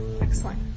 Excellent